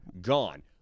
gone